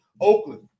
Oakland